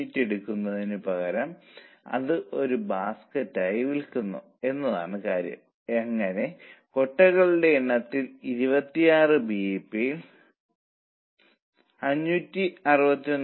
875 ആയിരിക്കണം ഇപ്പോൾ ഈ വിവരങ്ങൾ ഉപയോഗിച്ച് x ന്റെ പരിമാണം തിരികെ നൽകാൻ ശ്രമിക്കുക